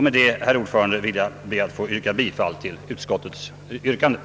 Med detta, herr talman, ber jag att få yrka bifall till utskottets hemställan.